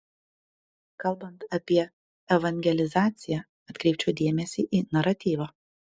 kalbant apie evangelizaciją atkreipčiau dėmesį į naratyvą